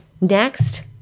Next